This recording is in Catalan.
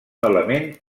element